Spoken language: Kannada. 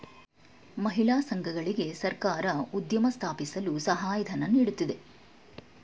ಮಹಿಳಾ ಸಂಘಗಳಿಗೆ ಸರ್ಕಾರ ಉದ್ಯಮ ಸ್ಥಾಪಿಸಲು ಸಹಾಯಧನ ನೀಡುತ್ತಿದೆ